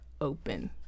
open